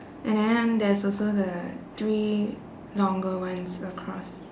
and then there's also the three longer ones across